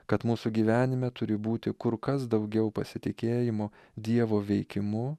kad mūsų gyvenime turi būti kur kas daugiau pasitikėjimo dievo veikimu